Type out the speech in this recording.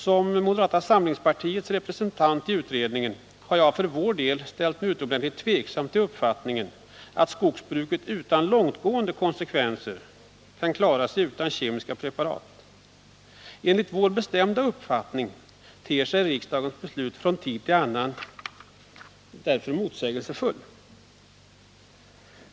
Som moderata samlingspartiets representant i utredningen har jag för vår del ställt mig utomordentligt tveksam till uppfattningen att skogsbruket utan långtgående konsekvenser kan klara sig utan kemiska preparat. Enligt vår bestämda uppfattning ter sig riksdagens beslut från tid till annan därför motsägelsefulla.